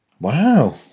Wow